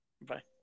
Bye